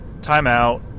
timeout